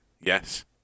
yes